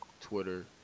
Twitter